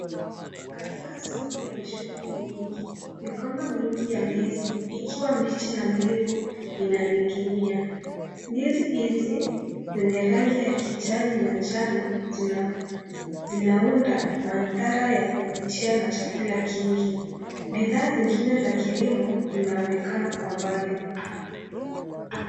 Katika soko lenye shughuli nyingi migomba mingi ya ndizi ikiwa mbichi na mbivu inaning'inia. Ndizi hizi zenye rangi ya kijani na njano zinaunda mandhari ya kuvutia na chakula kingi. Bidhaa zingine za kilimo zinaonekana kwa mbali.